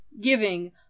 giving